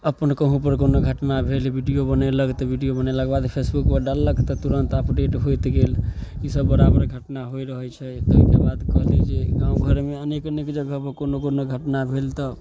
अपन कहूँपर कोनो घटना भेल वीडिओ बनेलक तऽ वीडिओ बनेलाके बाद फेसबुकपर डाललक तऽ तुरन्त अपडेट होइत गेल ईसब बराबर घटना होइत रहै छै तऽ ओहिके बाद कहली जे गामघरमे अनेक अनेक जगहपर कोनो कोनो घटना भेल तऽ